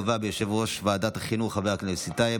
מלווה ביושב-ראש ועדת החינוך חבר הכנסת טייב.